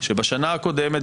שבשנה הקודמת,